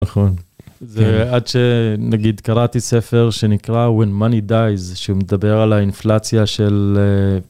נכון, זה עד שנגיד קראתי ספר שנקרא When Money Dies, שהוא מדבר על האינפלציה של...